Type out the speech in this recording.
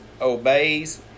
obeys